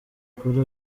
kuri